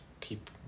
keep